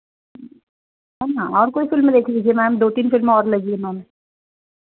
ma'am और कोई film देख लीजिए मैम दो तीन फ़िल्म और लगी हैं मैम